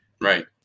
Right